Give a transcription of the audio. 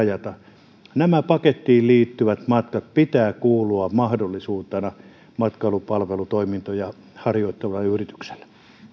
se pitää rajata näiden pakettiin liittyvien matkojen pitää kuulua mahdollisuutena matkailupalvelutoimintoja harjoittavalle yritykselle